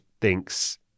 thinks